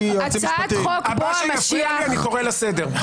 הצעת חוק --- הבא שמפריע לי אני קורא לסדר.